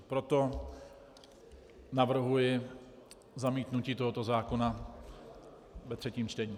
Proto navrhuji zamítnutí tohoto zákona ve třetím čtení.